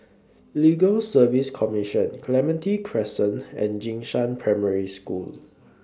Legal Service Commission Clementi Crescent and Jing Shan Primary School